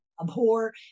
abhor